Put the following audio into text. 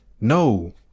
No